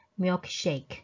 milkshake